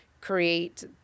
create